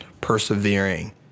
persevering